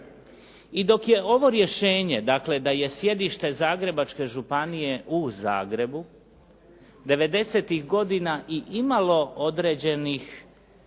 I dok je ovo rješenje, dakle da je sjedište Zagrebačke županije u Zagrebu devedesetih godina i imalo određenih